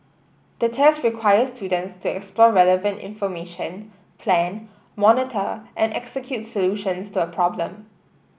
the test required students to explore relevant information plan monitor and execute solutions to a problem